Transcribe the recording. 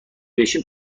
بشیم